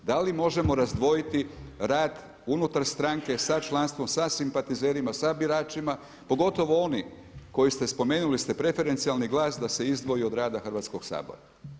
Da li možemo razdvojiti rad unutar stranke sa članstvom, sa simpatizerima, sa biračima, pogotovo oni koji ste spomenuli preferencijalni glas da se izdvoji od rada Hrvatskog sabora.